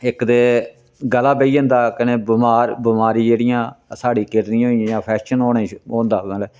इक ते गला बेही जंदा कन्नै बमार बमारी जेह्ड़ियां साढ़ी किडनियां होई गेइयां इन्फैक्शन होने च होंदा मतलबै